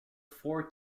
four